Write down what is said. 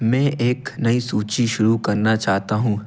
मैं एक नई सूची शुरू करना चाहता हूँ